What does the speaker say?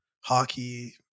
hockey